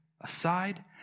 aside